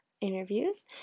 interviews